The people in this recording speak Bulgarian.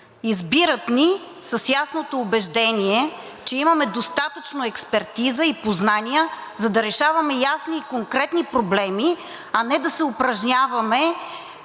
Избират ни с ясното убеждение, че имаме достатъчно експертиза и познания, за да решаваме ясни и конкретни проблеми, а не да се упражняваме